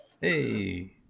hey